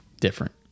different